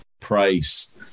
price